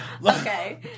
Okay